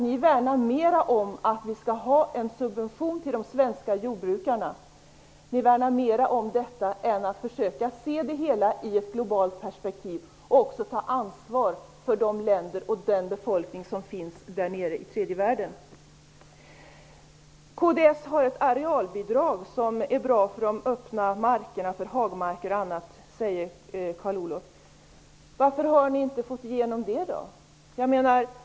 Ni värnar mera om subventioner till de svenska jordbrukarna än om strävan att försöka se det hela i ett globalt perspektiv. Dessutom gäller det att ta ett ansvar för länderna och befolkningen i tredje världen. Kds har förslag om ett arealbidrag som är bra för det öppna landskapet. Det är bl.a. bra för hagmarkerna, säger Carl Olov Persson. Varför har ni inte fått igenom det förslaget?